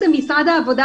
מי מממן את העלויות